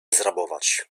zrabować